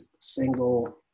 single